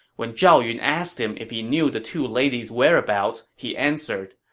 when zhao yun asked him if he knew the two ladies' whereabouts, he answered,